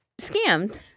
scammed